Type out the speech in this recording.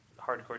hardcore